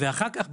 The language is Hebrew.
ואחר כך,